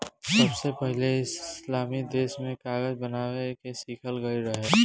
सबसे पहिले इस्लामी देश में कागज बनावे के सिखल गईल रहे